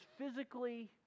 physically